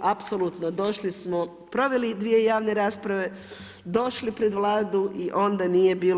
apsolutno došli smo, proveli dvije javne rasprave, došli pred Vladu i onda nije bilo.